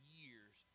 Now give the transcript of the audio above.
years